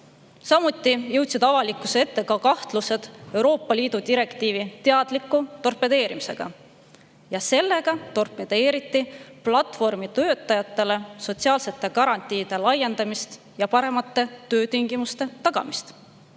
Samuti jõudsid avalikkuse ette kahtlused Euroopa Liidu direktiivi teadlikus torpedeerimises. Sellega torpedeeriti platvormitöötajatele sotsiaalsete garantiide laiendamist ja paremate töötingimuste tagamist.